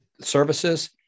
services